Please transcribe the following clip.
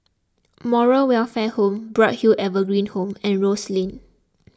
Moral Welfare Home Bright Hill Evergreen Home and Rose Lane